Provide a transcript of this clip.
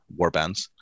warbands